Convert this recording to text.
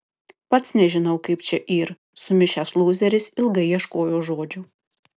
pats nežinau kaip čia yr sumišęs lūzeris ilgai ieškojo žodžių